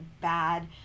bad